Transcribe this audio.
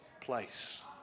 place